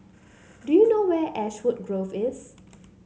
do you know where Ashwood Grove is